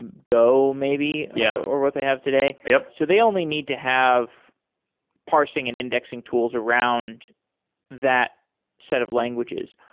and go maybe yeah or what they have today. ah so they only need to have parsing and indexing tools around that set of languages.